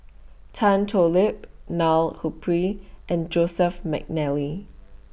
Tan Thoon Lip Neil Humphreys and Joseph Mcnally